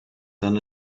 than